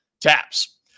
taps